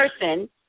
person